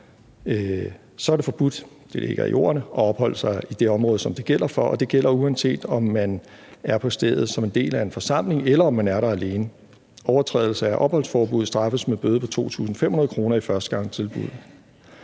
er det forbudt at opholde sig i det område, som det gælder for – det ligger i ordet – og det gælder, uanset om man er på stedet som en del af en forsamling, eller om man er det alene. Overtrædelse af opholdsforbuddet straffes med bøde på 2.500 kr. i førstegangstilfælde.